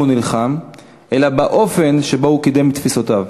הוא נלחם אלא באופן שבו הוא קידם את תפיסותיו,